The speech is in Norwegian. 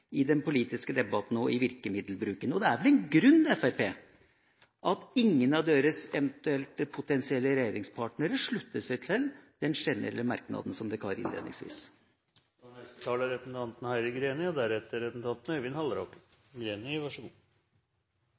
i den politiske debatten og i virkemiddelbruken. Og det er vel en grunn til at ingen av Fremskrittspartiets potensielle regjeringspartnere slutter seg til den generelle merknaden som dette partiet har innledningsvis?